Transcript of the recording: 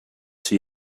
she